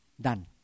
Done